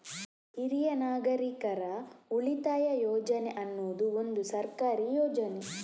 ಹಿರಿಯ ನಾಗರಿಕರ ಉಳಿತಾಯ ಯೋಜನೆ ಅನ್ನುದು ಒಂದು ಸರ್ಕಾರಿ ಯೋಜನೆ